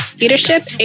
leadership